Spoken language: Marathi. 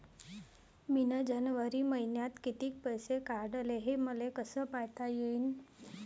मिन जनवरी मईन्यात कितीक पैसे काढले, हे मले कस पायता येईन?